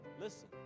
Listen